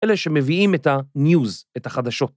אלה שמביאים את הניוז, את החדשות.